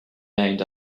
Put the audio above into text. named